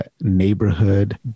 neighborhood